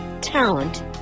talent